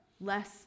less